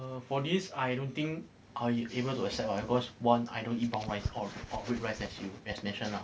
err for this I don't think I able to accept lah cause one I don't eat brown rice or red rice as you as mentioned lah